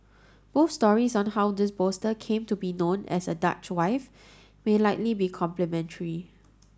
both stories on how this bolster came to be known as a Dutch wife may likely be complementary